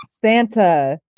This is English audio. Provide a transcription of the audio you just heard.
santa